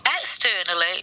Externally